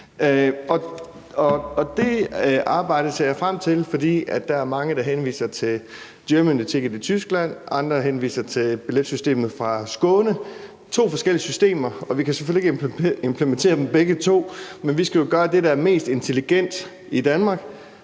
det arbejde ser jeg frem til. For der er mange, der henviser til Germany Ticket i Tyskland, mens andre henviser til billetsystemet i Skåne, og det er to forskellige systemer, og vi kan selvfølgelig ikke implementere dem begge to, men vi skal jo i Danmark gøre det, der er mest intelligent, og